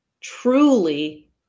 Truly